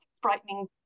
frightening